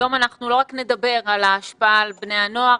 היום אנחנו לא רק נדבר על ההשפעה על בני הנוער,